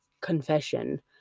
confession